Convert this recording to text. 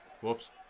whoops